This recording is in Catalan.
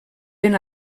ben